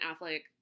Affleck